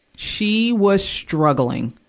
she was struggling.